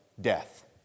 death